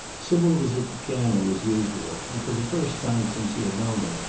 sybil was at the piano as usual, and for the first time since he had known her,